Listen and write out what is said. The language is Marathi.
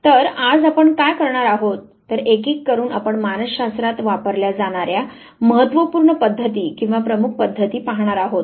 तर आज आपण काय करणार आहोत तर एक एक करून आपण मानस शास्त्रात वापरल्या जाणार्या महत्त्वपूर्ण पद्धती किंवा प्रमुख पद्धती पाहणार आहोत